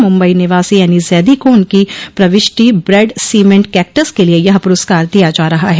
मुम्बई निवासी एनी जैदी को उनकी प्रविष्टि ब्रैड सीमेंट कैक्टस के लिए यह प्रस्कार दिया जा रहा है